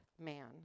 man